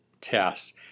tests